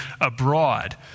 abroad